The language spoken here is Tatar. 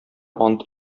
ант